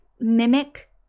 mimic